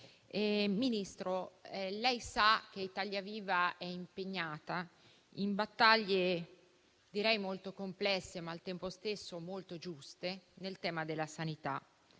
Ministro, lei sa che Italia Viva è impegnata in battaglie direi molto complesse, ma al tempo stesso molto giuste, sul tema della sanità.